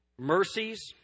mercies